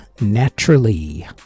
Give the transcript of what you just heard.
Naturally